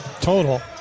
total